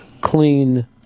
clean